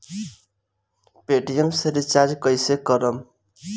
Paytm से recharge कईसे करम?